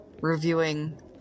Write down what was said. reviewing